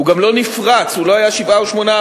הוא גם לא נפרץ, הוא לא היה 7% או 8%,